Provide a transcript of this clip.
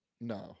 No